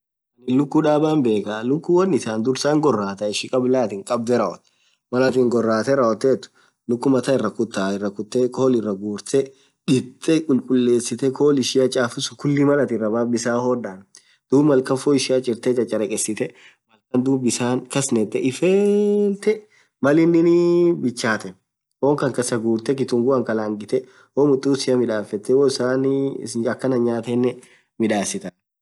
Ann luku dhabaa hinbekhaa luku won itan dhursaa hingoratha kabla atin ishi kabdhe rawothu Mal atin ghorathe rawothethu luku matha irakuta khol iragurthe dhithee khulkhullesithe khol ishia chafu suun khulli Mal atin irabafft bisan hodahn dhub Mal khan fonn ishia chirthe chacharegesithe Mal khan dhub bisna kasanethe ifelthee Mal inin bichathenu fonn Khan kasa ghurthe kitunguan kalanghithe woo mtusia midhafethe woo isan akhanan nyathen midhasitha